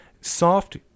soft